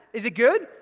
is it good?